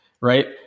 right